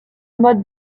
mode